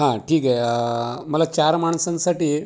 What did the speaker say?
हा ठीक आहे मला चार माणसांसाठी